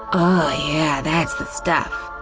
oh yeah, that's the stuff. ah,